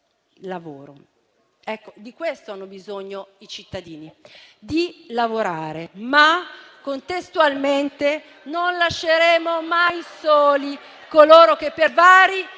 Lavoro: ecco, di questo hanno bisogno i cittadini, di lavorare. Contestualmente, però, non lasceremo mai soli coloro che per vari